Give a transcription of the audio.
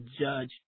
judge